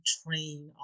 train